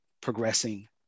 progressing